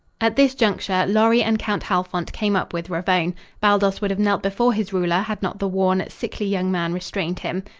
at this juncture lorry and count halfont came up with ravone. baldos would have knelt before his ruler had not the worn, sickly young man restrained him.